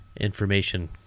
information